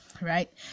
right